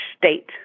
state